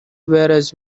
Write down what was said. whereas